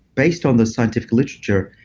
based on the scientific literature,